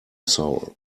soul